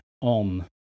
on